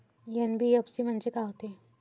NBFC म्हणजे का होते?